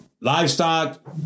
livestock